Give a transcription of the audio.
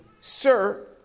sir